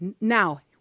Now